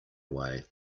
away